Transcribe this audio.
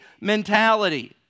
mentality